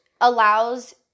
allows